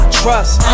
trust